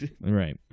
Right